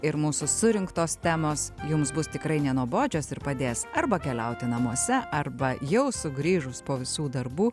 ir mūsų surinktos temos jums bus tikrai nenuobodžios ir padės arba keliauti namuose arba jau sugrįžus po visų darbų